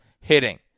hitting